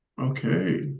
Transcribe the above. Okay